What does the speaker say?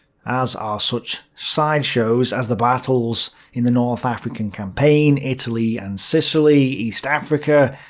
as are such sideshows as the battles in the north african campaign, italy and sicily, east africa,